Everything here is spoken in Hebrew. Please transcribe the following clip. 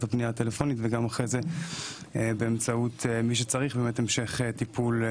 הפנייה הטלפונית וגם אחרי זה באמצעות מי שצריך לתת המשך טיפול.